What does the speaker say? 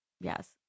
Yes